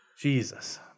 Jesus